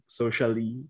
socially